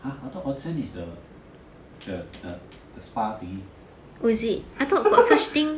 !huh! I thought onsen is the the the spa thingy